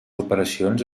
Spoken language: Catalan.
operacions